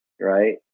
right